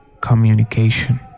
Communication